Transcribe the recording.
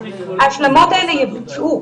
ההשלמות האלה יבוצעו,